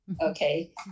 Okay